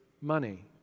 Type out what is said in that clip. money